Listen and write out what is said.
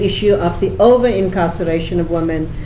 issue of the over incarceration of women.